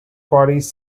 quarries